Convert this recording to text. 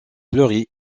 fleuri